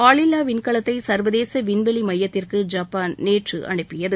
ஆளில்லா விண்கலத்தை சர்வதேச விண்வெளி மையத்திற்கு ஜப்பான் நேற்று அனுப்பியது